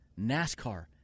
NASCAR